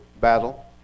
battle